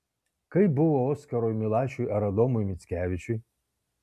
kaip buvo oskarui milašiui ar adomui mickevičiui